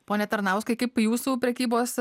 pone tarnauskai kaip jūsų prekybos